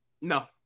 No